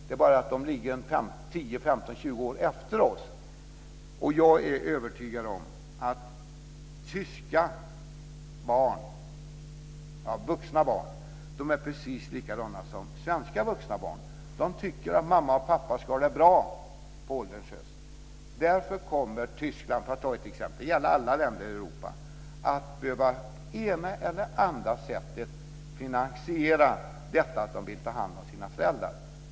Det är bara det att de där ligger 15-20 år efter oss. Jag är övertygad om att tyska vuxna barn är precis likadana som svenska vuxna barn. De tycker att mamma och pappa ska ha det bra på ålderns höst. Därför kommer t.ex. Tyskland - och det gäller alla länder i Europa - att på det ena eller det andra sättet behöva finansiera detta att de vill ta hand om sina föräldrar.